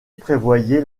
prévoyait